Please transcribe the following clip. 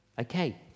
Okay